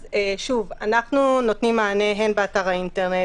אז אנחנו נותנים מענה הן באתר האינטרנט,